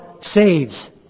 saves